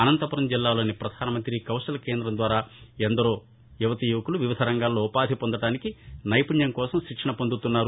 అనంతపురం జిల్లాలోని పధాన మంత్రి కౌశల్ కేందం ద్వారా ఎందరో యువతీయువకులు వివిధ రంగాల్లో ఉపాధి పొందడానికి నైపుణ్యం కోసం శిక్షణ పొందుతున్నారు